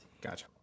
Gotcha